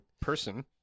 person